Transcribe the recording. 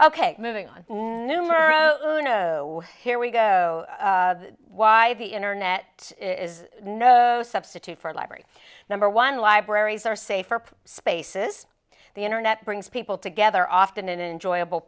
neuro no here we go why the internet is no substitute for library number one libraries are safer spaces the internet brings people together often in enjoyable